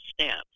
steps